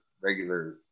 regular